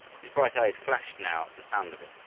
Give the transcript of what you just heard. his bright eyes flashed, now, at the sound of it.